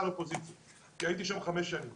על אופוזיציה כי הייתי שםן חמש שנים